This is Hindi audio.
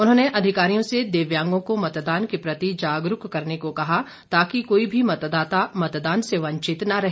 उन्होंने अधिकारियों से दिव्यांगों को मतदान के प्रति जागरूक करने को कहा ताकि कोई भी मतदाता मतदान से वंचित न रहे